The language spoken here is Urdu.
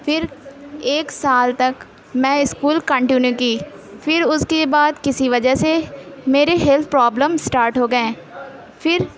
پھر ایک سال تک میں اسکول کنٹینیو کی پھر اس کے بعد کسی وجہ سے میرے ہیلتھ پرابلم اسٹارٹ ہو گئیں پھر